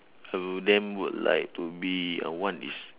I will then would like to be uh one is